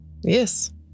Yes